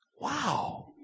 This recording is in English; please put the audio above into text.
Wow